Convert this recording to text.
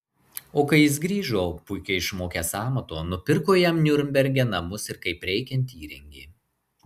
o kai jis grįžo puikiai išmokęs amato nupirko jam niurnberge namus ir kaip reikiant įrengė